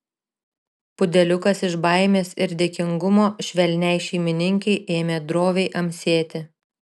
pudeliukas iš baimės ir dėkingumo švelniai šeimininkei ėmė droviai amsėti